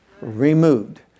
removed